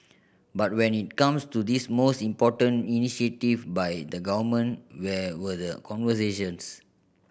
but when it comes to this most important initiative by the Government where were the conversations